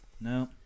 No